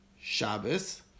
Shabbos